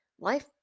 life